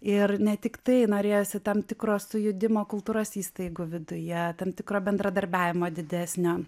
ir ne tiktai norėjosi tam tikro sujudimo kultūros įstaigų viduje tam tikro bendradarbiavimo didesnio